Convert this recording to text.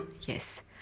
yes